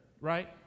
right